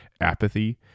apathy